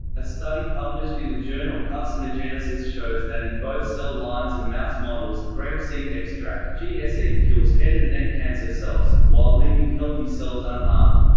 a study published in the journal carcinogenesis shows that in both cell lines and mouse models, grape seed extract ah kills head and neck cancer cells, while leaving healthy cells unharmed.